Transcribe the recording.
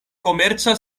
komerca